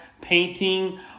painting